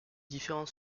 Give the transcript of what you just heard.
différents